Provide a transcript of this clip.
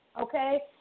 Okay